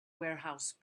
warehouse